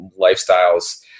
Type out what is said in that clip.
lifestyles